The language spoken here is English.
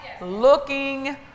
looking